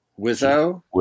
Wizzo